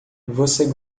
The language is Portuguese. você